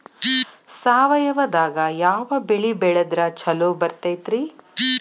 ಸಾವಯವದಾಗಾ ಯಾವ ಬೆಳಿ ಬೆಳದ್ರ ಛಲೋ ಬರ್ತೈತ್ರಿ?